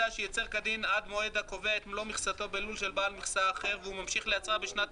את מלוא מכסתו ומכסה של בעל מכסה אחר והוא מבקש לייצר בשנת